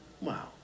Wow